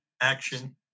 action